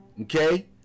Okay